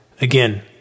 Again